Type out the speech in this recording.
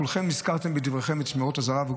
כולכם הזכרתם בדבריכם את משמרות הזה"ב,